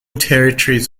territories